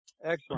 Excellent